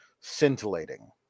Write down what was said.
Scintillating